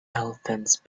elephants